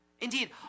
Indeed